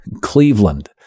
Cleveland